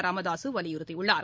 ராமதாசு வலியுறத்தியுள்ளார்